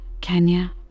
Kenya